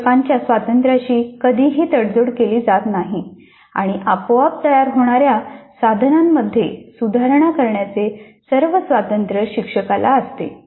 शिक्षकाच्या स्वातंत्र्याशी कधीही तडजोड केली जात नाही आणि आपोआप तयार होणार्या साधनांमध्ये सुधारणा करण्याचे सर्व स्वातंत्र्य शिक्षकाला असते